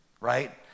right